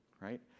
right